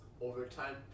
overtime